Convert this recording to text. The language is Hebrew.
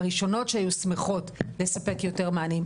הראשונות ששמחות לספק מענים,